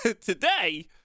today